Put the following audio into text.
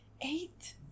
eight